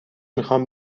میخوام